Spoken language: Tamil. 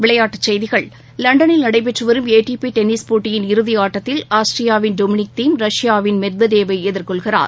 விளையாட்டுச்செய்திகள் லண்டனில் நடைபெற்று வரும் ஏடிபி டென்னிஸ் போட்டியின் இறுதியாட்டத்தில் ஆஸ்திரியாவின் டொமினிக் தீம் ரஷ்யாவின் மெத்வதேவை எதிர்கொள்கிறார்